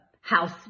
house